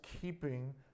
keeping